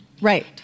right